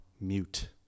mute